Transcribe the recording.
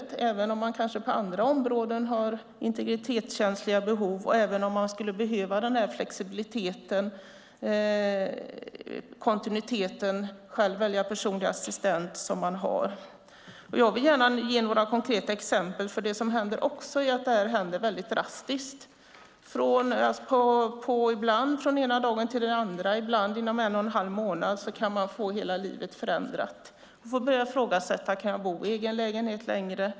Det gäller även om man kanske på andra områden har integritetskänsliga behov och även om man skulle behöva flexibiliteten, kontinuiteten och möjligheten att själv få välja vilken personlig assistent man har. Jag vill gärna ge några konkreta exempel, för detta händer också väldigt drastiskt. Ibland kan man få hela livet förändrat från den ena dagen till den andra, ibland inom en och en halv månad. Man får börja ifrågasätta allt: Kan jag bo i egen lägenhet längre?